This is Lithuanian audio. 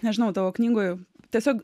nežinau tavo knygoj tiesiog